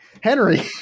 Henry